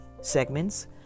segments